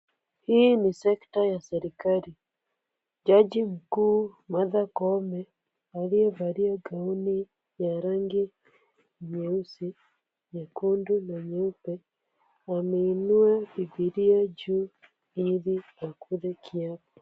Hii ni sekta ya serikali. Jaji mkuu Martha Koome aliyevalia gauni ya rangi nyeusi, nyekundu na nyeupe ameiunua biiblia juu ili ya kula kiapo.